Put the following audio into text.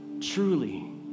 truly